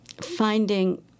finding